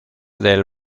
del